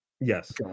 Yes